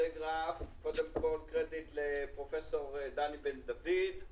הקרדיט לפרופסור דני בן דוד.